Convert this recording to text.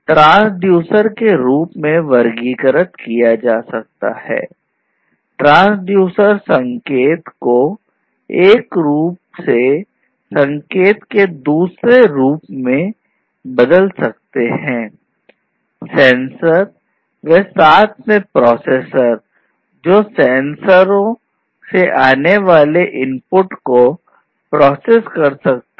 sensor कर सकता है एक प्रकार का ट्रांसड्यूसर है